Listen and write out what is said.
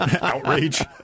Outrage